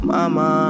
Mama